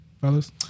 fellas